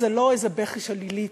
זה לא איזה בכי של אליטה.